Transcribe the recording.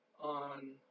on